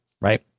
right